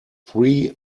three